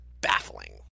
baffling